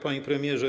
Panie Premierze!